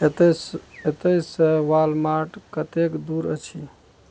एतयसँ एतयसँ वालमार्ट कतेक दूर अछि